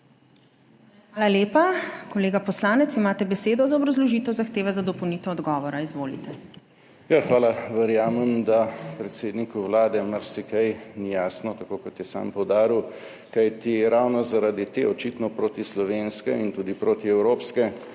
Hvala lepa. Kolega poslanec, imate besedo za obrazložitev zahteve za dopolnitev odgovora. Izvolite. **MAG. BRANKO GRIMS (PS SDS):** Hvala. Verjamem, da predsedniku Vlade marsikaj ni jasno, tako kot je sam poudaril. Kajti ravno zaradi te očitno protislovenske in tudi protievropske